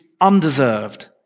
undeserved